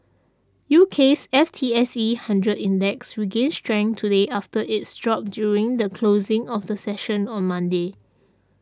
UK's F T S E Hundred Index regained strength today after its drop during the closing of the session on Monday